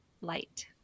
light